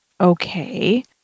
Okay